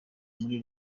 muri